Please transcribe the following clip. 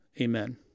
amen